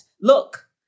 look